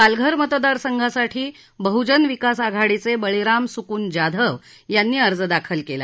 पालघर मतदारसंघासाठी बहजन विकास आघाडीचे बळीराम स्कून जाधव यांनी अर्ज दाखल केला